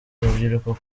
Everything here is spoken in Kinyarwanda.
urubyiruko